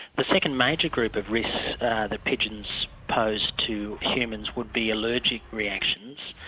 the second major group of risks that pigeons pose to humans would be allergic reactions,